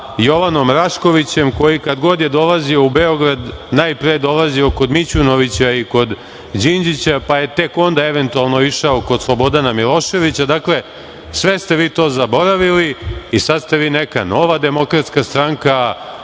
Jovanom Raškovićem, koji kad god je dolazio u Beograd, najpre je dolazio kod Mićunovića i kod Đinđića, pa je tek onda eventualno, išao kod Slobodana Miloševića. Dakle, sve ste vi zaboravili i sada ste vi neka nova DS, proevropska,